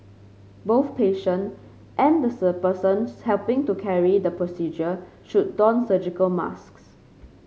both patient and the sir persons helping to carry the procedure should don surgical masks